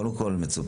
כל חוק ההסדרים,